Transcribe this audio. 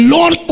Lord